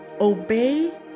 obey